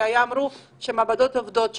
אמרו שהמעבדות עובדות בשבת,